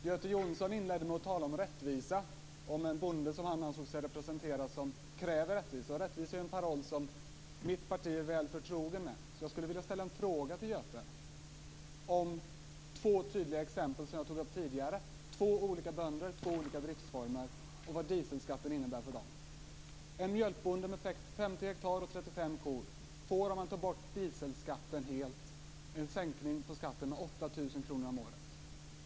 Herr talman! Göte Jonsson inledde med att tala om rättvisa och om en bonde som han ansåg sig representera som kräver rättvisa. Rättvisa är ju en paroll som mitt parti är väl förtroget med. Så jag skulle vilja ställa en fråga till Göte om två tydliga exempel som jag tog upp tidigare. Det gäller två olika bönder, två olika driftsformer och vad dieselskatten innebär för dem. En mjölkbonde med 50 hektar och 35 kor får om man tar bort dieselskatten helt en sänkning av skatten med 8 000 kr om året.